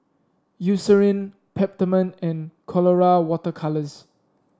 Eucerin Peptamen and Colora Water Colours